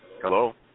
Hello